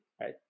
right